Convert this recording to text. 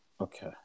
okay